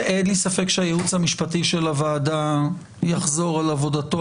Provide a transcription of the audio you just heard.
אין לי ספק שהייעוץ המשפטי של הוועדה יחזור על עבודתו